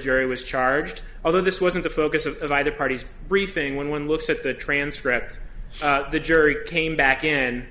jury was charged although this wasn't a focus of either party's briefing when one looks at the transcript the jury came back in